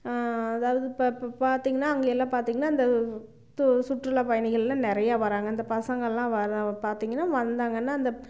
அதாவது இப்போ இப்போ பார்த்திங்கன்னா அங்கே எல்லாம் பார்த்திங்கன்னா அந்த து சுற்றுலா பயணிகள்லாம் நிறையா வராங்க அந்த பசங்கலாம் வர பார்த்திங்கன்னா வந்தாங்கன்னால் அந்த